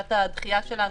מבקשת הדחייה שלנו,